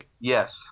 Yes